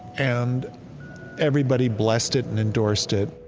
and everybody blessed it and endorsed it.